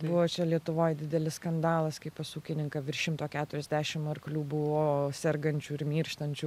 buvo čia lietuvoj didelis skandalas kai pas ūkininką virš šimto keturiasdešim arklių buvo sergančių ir mirštančių